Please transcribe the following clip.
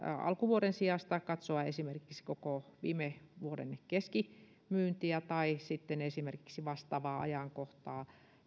alkuvuoden sijasta katsoa esimerkiksi koko viime vuoden keskimyyntiä tai esimerkiksi vastaavaa ajankohtaa